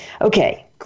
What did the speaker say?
Okay